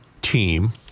team